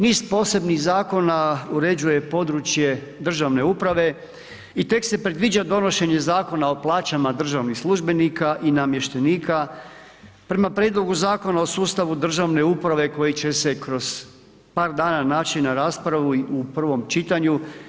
Niz posebnih zakona uređuje područje državne uprave i tek se predviđa donošenje Zakona o plaćama državnih službenika i namještenika prema Prijedlogu Zakona o sustavu državne uprave koji će se kroz par dana naći na raspravi u prvom čitanju.